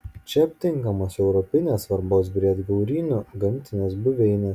čia aptinkamos europinės svarbos briedgaurynų gamtinės buveinės